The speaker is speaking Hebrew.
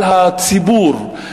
על הציבור,